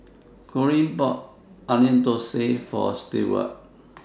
Corene bought Onion Thosai For Stewart